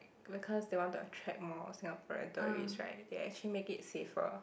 because they want to attract more Singaporean tourist right they actually make it safer